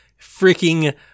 freaking